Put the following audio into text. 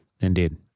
Indeed